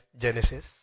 Genesis